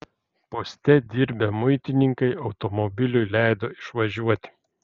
poste dirbę muitininkai automobiliui leido išvažiuoti